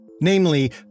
Namely